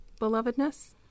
belovedness